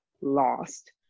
lost